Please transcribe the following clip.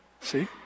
See